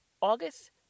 August